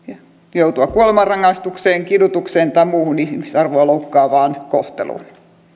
joutua kuolemanrangaistukseen kidutukseen tai muuhun ihmisarvoa loukkaavaan kohteluun